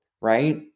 right